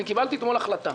קיבלתי אתמול החלטה